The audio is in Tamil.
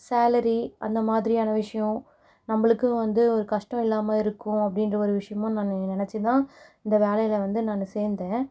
சேலரி அந்த மாதிரியான விஷயம் நம்மளுக்கும் வந்து ஒரு கஷ்டம் இல்லாமல் இருக்கும் அப்படின்ற ஒரு விஷயமும் நான் நினச்சி தான் இந்த வேலையில் வந்து நான் சேர்ந்தேன்